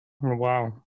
Wow